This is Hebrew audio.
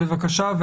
בבקשה.